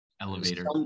Elevator